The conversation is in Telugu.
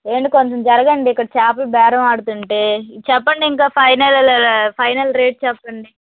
ఏమండి కొంచెం జరగండి ఇక్కడ చేపలు బేరం ఆడుతుంటే చెప్పండి ఇంకా ఫైనల్ ఫైనల్ రేట్ చెప్పండి